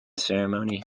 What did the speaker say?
ceremony